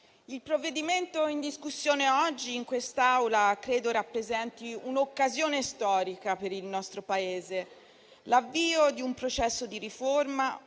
il provvedimento in discussione oggi in quest'Aula credo rappresenti un'occasione storica per il nostro Paese: l'avvio di un processo di riforma.